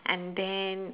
and then